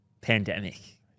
pandemic